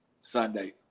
Sunday